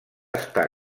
està